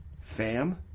Fam